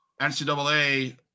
NCAA